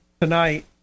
tonight